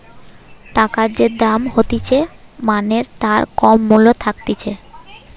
টাকার যে দাম হতিছে মানে তার কত মূল্য থাকতিছে